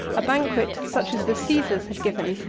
a banquet, such as the caesars had given,